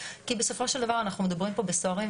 כי בסופו של דבר אנחנו מדברים פה בסוהרים,